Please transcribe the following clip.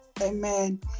amen